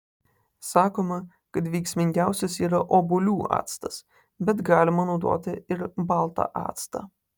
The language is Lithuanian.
sakoma kad veiksmingiausias yra obuolių actas bet galima naudoti ir baltą actą